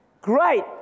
Great